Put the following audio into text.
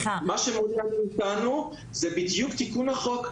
מה שמונע מאיתנו זה בדיוק תיקון החוק.